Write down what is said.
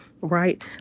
Right